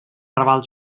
raval